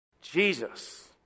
Jesus